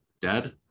dead